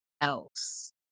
else